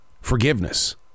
forgiveness